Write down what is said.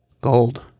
Gold